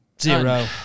zero